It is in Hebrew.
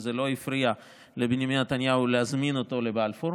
וזה לא הפריע לבנימין נתניהו להזמין אותו לבלפור.